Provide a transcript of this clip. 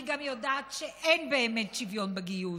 אני גם יודעת שאין באמת שוויון בגיוס.